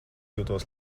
jūtos